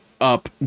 up